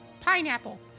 Pineapple